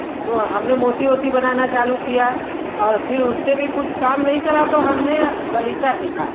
तो हमने मोती ओती बनाना चालू किया और फिर उससे कुछ काम नहीं चला तो हमने गलीचा सीखा